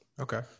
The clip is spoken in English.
Okay